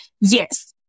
yes